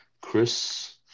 chris